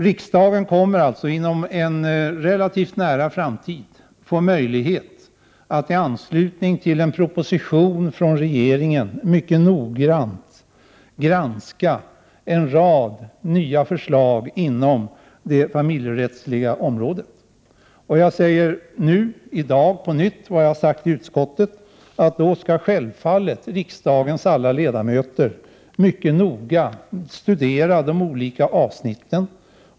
Riksdagen kommer alltså inom en relativt nära framtid att få möjlighet att i anslutning till en proposition mycket noggrant granska en rad nya förslag på det familjerättsliga området. Jag säger i dag vad jag har sagt i utskottet, nämligen att riksdagens alla ledamöter självfallet mycket noga skall få studera de olika avsnitten.